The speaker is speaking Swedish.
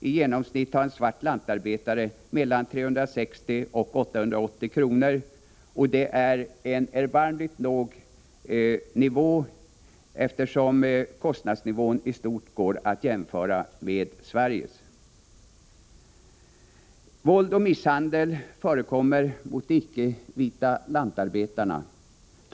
I genomsnitt har en svart lantarbetare mellan 360 och 880 kr. i månadslön. Det är en erbarmligt låg nivå, eftersom kostnadsnivån i stort går att jämföra med Sveriges. Våld mot och misshandel av de icke-vita lantarbetarna förekommer.